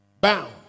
Bound